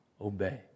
obey